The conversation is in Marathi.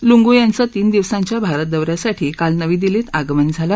लुंगु यांचं तीन दिवसांच्या भारत दौन्यासाठी काल नवी दिल्लीत आगमन झालं